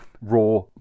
raw